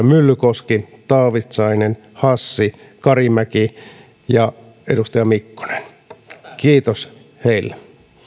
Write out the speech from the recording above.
myllykoski taavitsainen hassi karimäki ja mikkonen kiitos heille